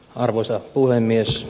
arvoisa puhemies